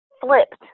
flipped